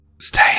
stay